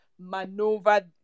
maneuver